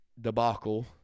debacle